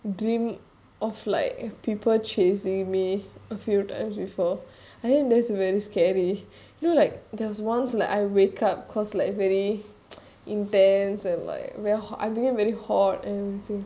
dream of like of people chasing me a few times before I think that's very scary you know like there was once like I wake up cause like very intense and like very I became very hot and everything